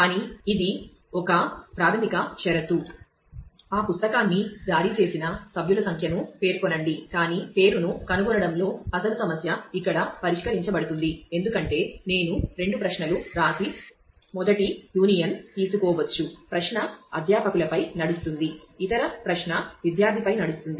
కానీ ఇది ఒక ప్రాథమిక షరతు ఆ పుస్తకాన్ని జారీ చేసిన సభ్యుల సంఖ్యను పేర్కొనండి కాని పేరును కనుగొనడంలో అసలు సమస్య ఇక్కడ పరిష్కరించబడుతుంది ఎందుకంటే నేను రెండు ప్రశ్నలు వ్రాసి మొదటి యూనియన్ తీసుకోవచ్చు ప్రశ్న అధ్యాపకులపై నడుస్తుంది ఇతర ప్రశ్న విద్యార్థిపై నడుస్తుంది